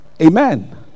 Amen